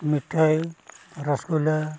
ᱢᱤᱴᱷᱟᱹᱭ ᱨᱚᱥᱜᱩᱞᱞᱟᱹ